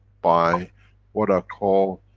by what i call,